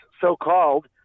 so-called